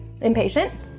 impatient